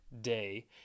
day